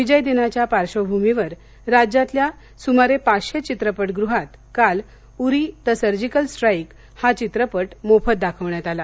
विजय दिनाच्या पार्श्वभूमीवर राज्यातल्या सुमारे पाचशे चित्रपटगुहात काल उरी द सर्जिकल स्टाईक हा चित्रपट मोफत दाखवण्यात आला